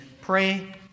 pray